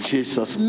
Jesus